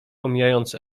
omijając